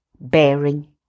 bearing